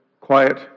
quiet